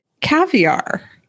caviar